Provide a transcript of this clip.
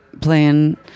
playing